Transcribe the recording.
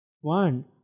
one